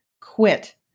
quit